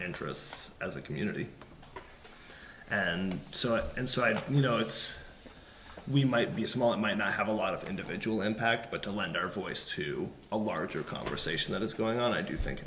interests as a community and so on and so i you know it's we might be small it might not have a lot of individual impact but to lend their voice to a larger conversation that is going on i do think